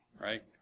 right